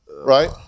right